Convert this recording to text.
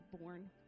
born